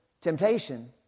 temptation